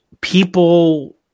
people